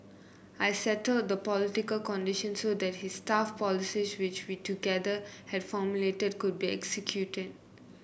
I settled the political conditions so that his tough policies which we together had formulated could be executed